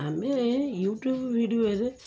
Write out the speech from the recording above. ଆମେ ୟୁଟ୍ୟୁବ୍ ଭିଡ଼ିଓରେ